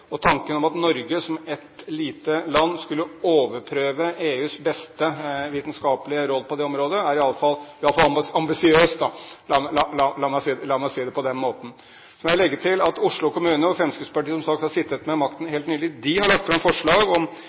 og tanken om at Norge som et lite land skulle overprøve EUs beste vitenskapelige råd på det området, er iallfall ambisiøs – la meg si det på den måten! Så må jeg legge til at Oslo kommune og Fremskrittspartiet, som som sagt har sittet med makten inntil helt nylig, har lagt fram forslag om